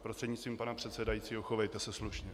Prostřednictvím pana předsedajícího, chovejte se slušně.